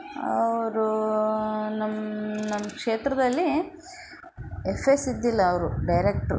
ಅವರು ನಮ್ಮ ನಮ್ಮ ಕ್ಷೇತ್ರದಲ್ಲಿ ಎಫ್ ಎಸ್ ಇದ್ದಿಲ್ಲ ಅವರು ಡೈರೆಕ್ಟ್ರು